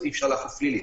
אז אי-אפשר לאכוף פלילית.